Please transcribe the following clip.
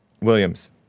Williams